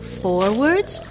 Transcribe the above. forwards